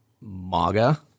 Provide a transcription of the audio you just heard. MAGA